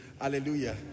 hallelujah